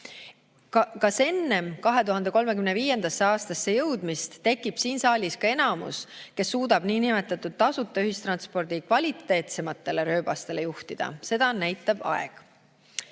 kas enne 2035. aastasse jõudmist tekib siin saalis ka enamus, kes suudaks niinimetatud tasuta ühistranspordi kvaliteetsematele rööbastele juhtida, näitab aeg.